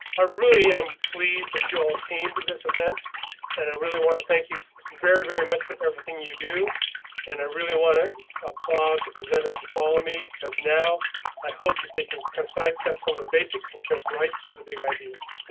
i really am pleased that you all came to this event and i really want to thank you very, very much for everything you do and i really want to applaud the presenters who follow me because now i hope that can sidestep some of the basics and jump right to the big ideas.